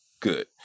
good